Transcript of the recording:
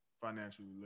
financially